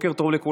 בוקר טוב לכולם.